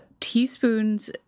Teaspoon's